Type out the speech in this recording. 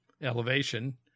elevation